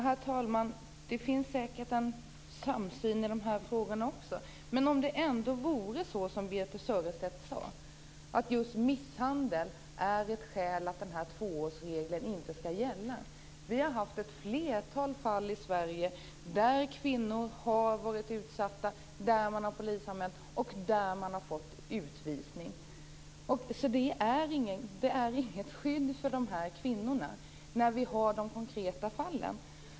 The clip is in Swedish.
Herr talman! Det finns säkert en samsyn också i de här frågorna. Birthe Sörestedt sade att just misshandel är ett skäl för att tvåårsregeln inte skall gälla men vi har haft ett flertal fall i Sverige där kvinnor har varit utsatta, där polisanmälan har gjorts och där det blivit utvisning. Det här är alltså inte ett skydd för kvinnorna i de konkreta fallen.